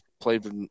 played